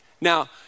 Now